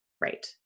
right